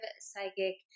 psychic